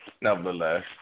nevertheless